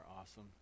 awesome